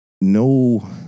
no